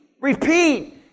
Repeat